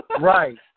Right